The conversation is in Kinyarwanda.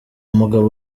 mugabo